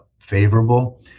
favorable